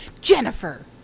Jennifer